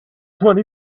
twenty